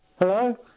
Hello